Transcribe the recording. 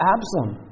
Absalom